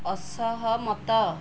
ଅସହମତ